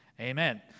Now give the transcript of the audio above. Amen